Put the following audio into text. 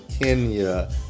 Kenya